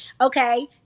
Okay